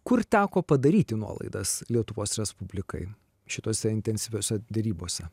kur teko padaryti nuolaidas lietuvos respublikai šitose intensyviose derybose